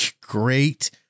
great